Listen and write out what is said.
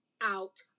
out